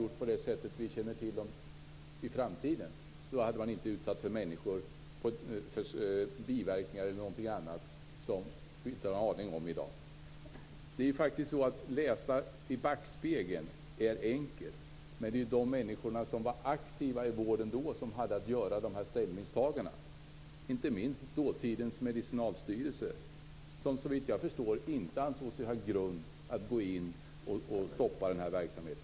Då finns det säkert metoder som gör att man hade sluppit utsätta människor för biverkningar som vi inte har en aning om i dag. Att titta i backspegeln är enkelt, men det är de människor som var aktiva i vården då som hade att göra dessa ställningstaganden, inte minst dåtidens medicinalstyrelse, som såvitt jag förstår inte ansåg sig ha grund att gå in och stoppa denna verksamhet.